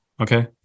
okay